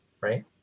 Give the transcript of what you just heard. Right